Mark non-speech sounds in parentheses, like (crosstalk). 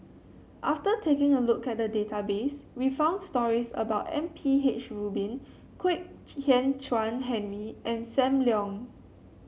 after taking a look at the database we found stories about M P H Rubin Kwek (unintelligible) Hian Chuan Henry and Sam Leong